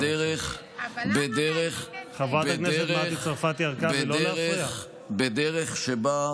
בדרך, בדרך, חברת הכנסת אלהרר, לא להפריע, בבקשה.